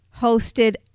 hosted